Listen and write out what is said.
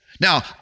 Now